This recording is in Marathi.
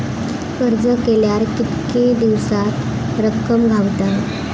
अर्ज केल्यार कीतके दिवसात रक्कम गावता?